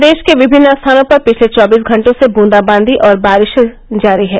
प्रदेश के विभिन्न स्थानों पर पिछले चौबीस घंटों से बूंदाबांदी और बारिश जारी है